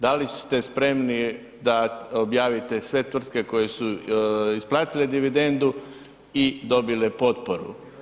Da li ste spremni da objavite sve tvrtke koje su isplatile dividendu i dobile potporu?